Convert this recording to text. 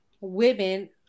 women